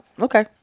okay